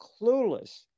clueless